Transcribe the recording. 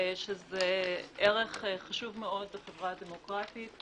שזה ערך חשוב מאוד בחברה דמוקרטית.